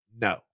No